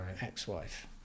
ex-wife